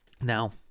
Now